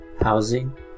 housing